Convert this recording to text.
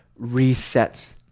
resets